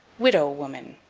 widow woman.